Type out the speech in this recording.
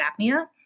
apnea